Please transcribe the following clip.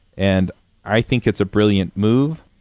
and i think it's a brilliant move.